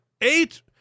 eight